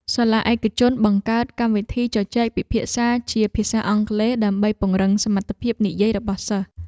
សាលាឯកជនបង្កើតកម្មវិធីជជែកពិភាក្សាជាភាសាអង់គ្លេសដើម្បីពង្រឹងសមត្ថភាពនិយាយរបស់សិស្ស។